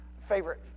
favorite